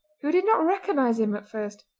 who did not recognise him at first.